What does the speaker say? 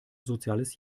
soziales